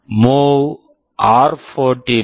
move MOV ஆர்14 r14 to PC PC